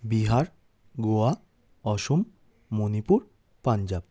Bihar Goa Assam Manipur Punjab